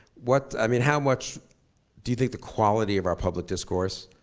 what, i mean how much do you think the quality of our public discourse,